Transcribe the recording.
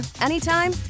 anytime